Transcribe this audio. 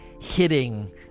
hitting